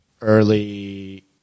early